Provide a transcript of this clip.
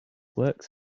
works